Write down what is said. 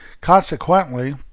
Consequently